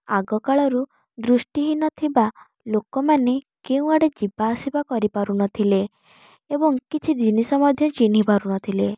ଆଗକାଳରୁ ଦୃଷ୍ଟିହୀନ ଥିବା ଲୋକମାନେ କେଉଁ ଆଡ଼େ ଯିବା ଆସିବା କରି ପାରୁନଥିଲେ ଏବଂ କିଛି ଜିନିଷ ମଧ୍ୟ ଚିହ୍ନି ପାରୁନଥିଲେ